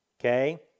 Okay